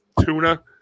tuna